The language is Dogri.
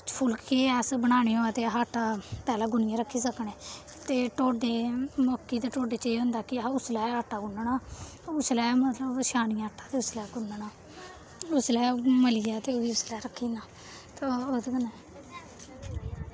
फुल्के अस बनाने होऐ ते अस आटा पैह्लें गुन्नियै रखी सकने ते ढोड्डे मक्की दे ढोड्डे च एह् होंदा कि उसलै गै आटा गुनना उसलै मतलब छानियै आटा ते उसलै गुनना उसलै मलियै ते उसलै रखी ना ते ओह्दे कन्नै